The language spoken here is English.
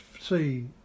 see